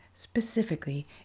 Specifically